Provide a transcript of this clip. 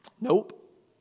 Nope